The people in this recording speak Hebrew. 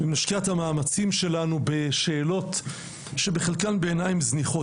ואם נשקיע את המאמצים שלנו בשאלות שבחלקן בעיניי הן זניחות.